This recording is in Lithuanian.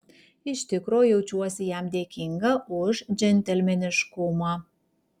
iš tikro jaučiuosi jam dėkinga už džentelmeniškumą